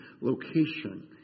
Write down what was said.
location